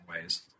ways